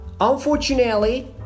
unfortunately